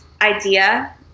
idea